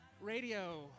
Radio